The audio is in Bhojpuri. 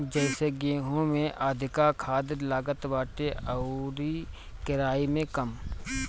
जइसे गेंहू में अधिका खाद लागत बाटे अउरी केराई में कम